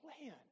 plan